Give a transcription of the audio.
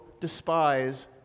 despise